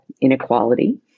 inequality